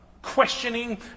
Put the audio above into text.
Questioning